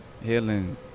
Healing